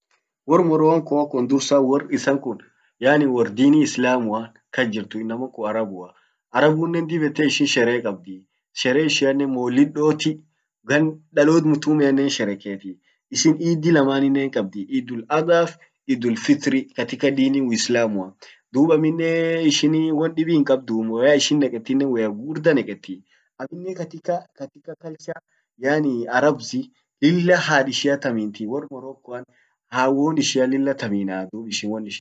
Wor Morocco an dursa wor isan kun, yaani wor dini islamuan kas jirtu inaman kun Arabua. Arabunnen dib ete ishin sherehe kabdi, sherehe ishin kabdinen molid dotti. Gan dalot mutummeannen hinshereketi. Ishin iddi lamaninen hin kabdi, iddul Adhaf, iddul Fitr katika dini uislamua. dub amminen ishinii won dibi hinkabdu. woyya ishin neketinen woyya gugurda neketi, amminen katika, katika culture arabsi lilla had ishia thamintii. wor Moroccoan hawwon ishian lilla thaminaa dub ishin.